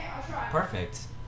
Perfect